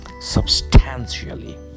substantially